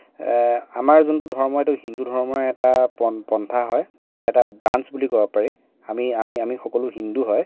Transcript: আমাৰ যোনটো ধৰ্ম সেইটো হিন্দু ধৰ্মৰ এটা পন্থা হয় তাৰে এটা ব্ৰাঞ্চ বুলি ক'ব পাৰি আমি আমি আমি সকলো হিন্দু হয়